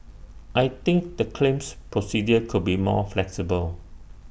I think the claims procedure could be more flexible